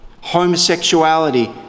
homosexuality